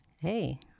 Hey